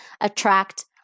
attract